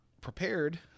prepared